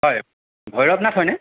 হয় ভৈৰৱ নাথ হয়নে